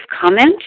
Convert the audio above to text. comment